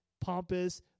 pompous